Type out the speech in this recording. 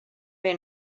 may